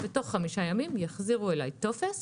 בתוך חמישה ימים יחזירו לי טופס